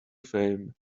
fame